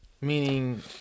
meaning